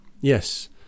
Yes